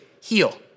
heal